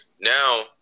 Now